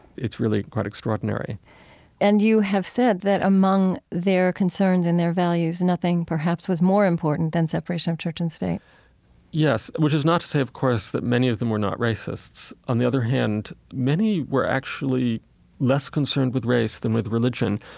it's really quite extraordinary and you have said that among their concerns and their values, nothing perhaps was more important than separation of church and state yes, which is not to say, of course, that many of them were not racists. on the other hand, many were actually less concerned with race than with religion.